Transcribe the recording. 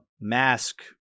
mask